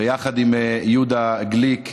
ויחד עם יהודה גליק.